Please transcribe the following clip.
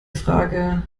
frage